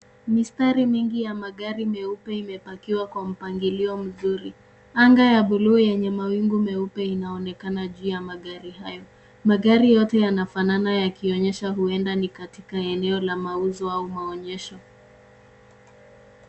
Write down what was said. Mistari mingi ya magari meupe imepakiwa kwa mpangilio mzuri. Anga ya blue yenye mawingu meupe inaonekana juu ya magari hayo. Magari yote yanafanana yakionyesha huenda ni katika eneo la mauzo au maonyesho.